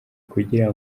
kugira